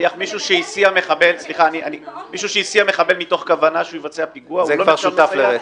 מישהו שהסיע מחבל מתוך כוונה שהוא יבצע פיגוע הוא כבר שותף לרצח?